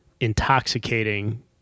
intoxicating